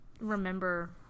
remember